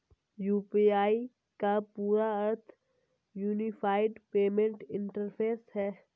UPI का पूरा अर्थ यूनिफाइड पेमेंट इंटरफ़ेस है